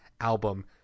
album